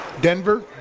Denver